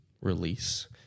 release